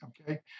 okay